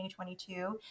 2022